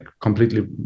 completely